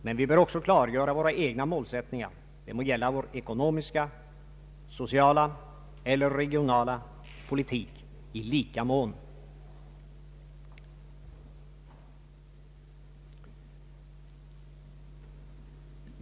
Men vi bör också klargöra våra egna målsättningar, det gäller vår ekonomiska, sociala och regionala politik i lika mån.